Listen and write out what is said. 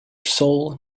sole